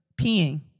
Peeing